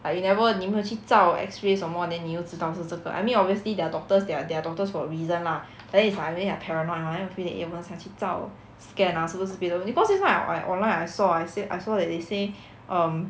like you never 你没有去照 X-ray 什么 then 你又知道是这个 I mean obviously they are doctors they are they are doctors for a reason lah but then is like I mean I paranoid mah then I feel that eh 我很想去照 scan ah 是不是别的东西 because just now I online I saw I said I saw that they say um